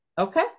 okay